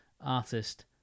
artist